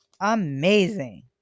amazing